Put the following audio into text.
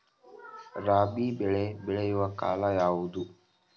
ರಾಬಿ ಬೆಳೆ ಬೆಳೆಯುವ ಕಾಲ ಯಾವುದು?